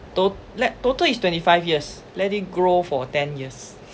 to~ let total is twenty five years let it grow for ten years